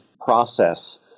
process